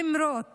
למרות